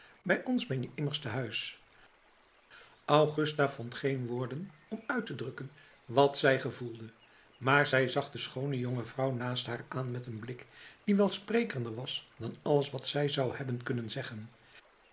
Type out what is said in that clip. bij ons ben je immers tehuis augusta vond geen woorden om uit te drukken wat zij gevoelde maar zij zag de schoone jonge vrouw naast haar aan met een blik die welsprekender was dan alles wat zij zou hebben kunnen zeggen